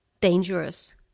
dangerous